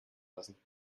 lassen